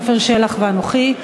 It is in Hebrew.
עפר שלח ואנוכי,